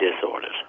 disorders